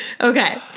Okay